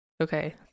Okay